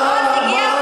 מה,